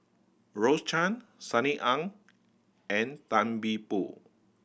Rose Chan Sunny Ang and Tan See Boo